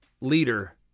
leader